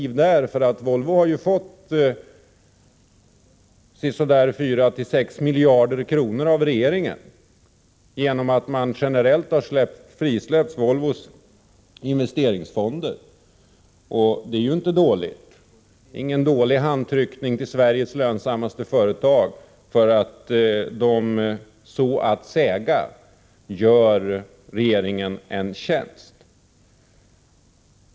Volvo har ju fått 4-6 miljarder kronor av regeringen till följd av att Volvos investeringsfonder generellt har frisläppts. Det är ingen dålig handtryckning till Sveriges mest lönsamma företag för att det så att säga gör regeringen en tjänst.